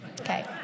okay